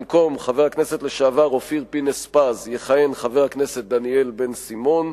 במקום חבר הכנסת לשעבר אופיר פינס-פז יכהן חבר הכנסת דניאל בן-סימון,